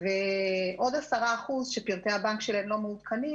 ולגבי עוד 10% שפרטי הבנק שלהם לא מעודכנים,